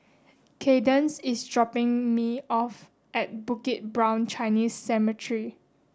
Kadence is dropping me off at Bukit Brown Chinese Cemetery